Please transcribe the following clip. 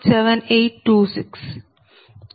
7826A420